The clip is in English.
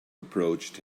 approached